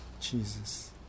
Jesus